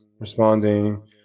responding